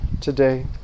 today